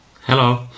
Hello